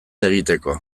egiteko